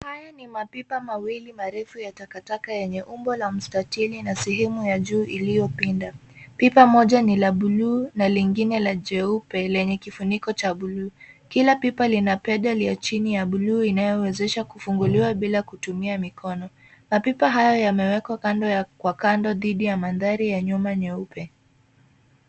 Haya ni mapipa mawili marefu ya takataka yenye umbo la mstatili na sehemu ya juu iliopinda. Pipa moja ni la buluu na lingine la jeupe lenye kifuniko cha buluu. Kila pipa lina pedal ya chini ya buluu inayowezesha kufunguliwa bila kutumia mikono. Mapipa haya yamewekwa kwa kando dhidi ya madhari ya nyuma nyeupe.